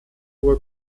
hohe